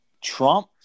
Trump